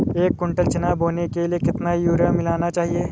एक कुंटल चना बोने के लिए कितना यूरिया मिलाना चाहिये?